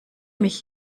mich